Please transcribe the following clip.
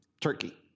Turkey